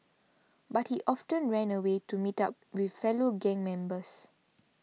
but he often ran away to meet up with fellow gang members